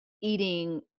eating